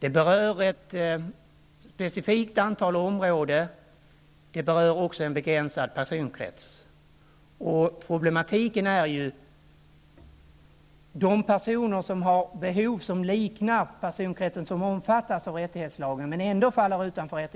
Den berör ett specifikt antal områden, och den berör en begränsad personkrets. Problemet är ju de personer som har behov som liknar personkretsens som omfattas av rättighetslagen men som ändå faller utanför